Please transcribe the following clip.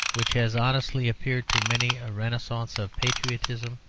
which has honestly appeared to many a renascence of patriotism,